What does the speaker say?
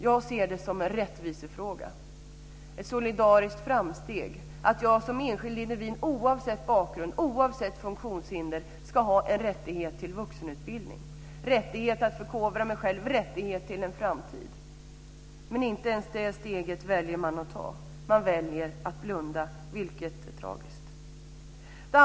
Jag ser det som en rättvisefråga och ett solidariskt framsteg att jag som enskild individ oavsett bakgrund, oavsett funktionshinder ska ha rätt till vuxenutbildning, rättighet att förkovra mig själv och rättighet till en framtid. Inte ens det steget väljer man att ta. Man väljer att blunda, vilket är tragiskt.